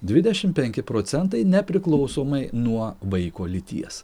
dvidešimt penki procentai nepriklausomai nuo vaiko lyties